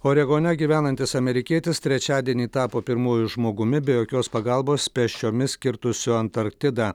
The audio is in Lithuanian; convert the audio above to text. oregone gyvenantis amerikietis trečiadienį tapo pirmuoju žmogumi be jokios pagalbos pėsčiomis kirtusiu antarktidą